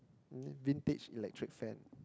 vintage electric fan